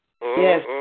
Yes